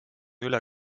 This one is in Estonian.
üle